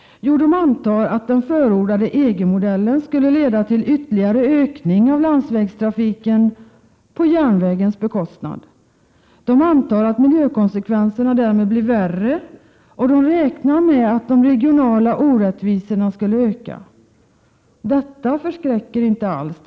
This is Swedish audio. Jo, de antar att den förordade EG-modellen skulle leda till ytterligare ökning av landsvägstrafiken, på järnvägens bekostnad. De antar att det blir negativa miljökonsekvenser, och de räknar med att de regionala orättvisorna kommer att öka. Detta förskräcker inte alls.